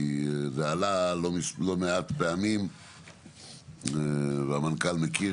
כי זה עלה לא מעט פעמים והמנכ"ל מכיר